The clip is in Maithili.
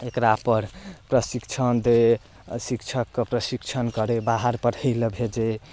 एकरा पर प्रशिक्षण दै अ शिक्षक कऽ प्रशिक्षण करै बाहर पढ़ैला भेजै